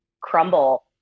crumble